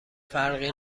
فرقی